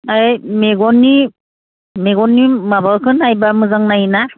ओय मेगननि माबाखौ नायोबा मोजां नायोना